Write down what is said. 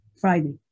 Friday